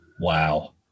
Wow